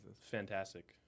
Fantastic